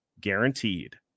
guaranteed